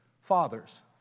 fathers